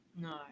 No